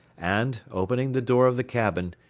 and, opening the door of the cabin,